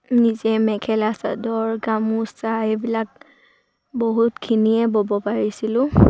নিজে মেখেলা চাদৰ গামোচা এইবিলাক বহুতখিনিয়ে ব'ব পাৰিছিলোঁ